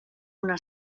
una